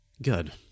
Good